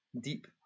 deep